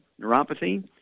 neuropathy